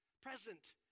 present